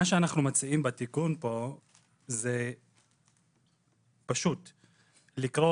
מה שאנחנו מציעים בתיקון פה זה פשוט לקרוא